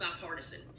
bipartisan